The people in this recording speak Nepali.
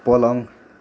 पलङ